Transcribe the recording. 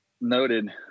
Noted